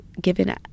given